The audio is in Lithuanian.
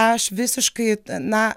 aš visiškai na